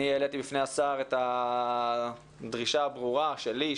אני העליתי בפני השר את הדרישה הברורה שלי,